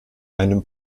einem